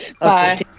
Bye